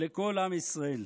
לכל עם ישראל.